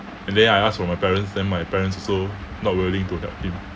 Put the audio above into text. and then I ask from my parents then my parents also not willing to help him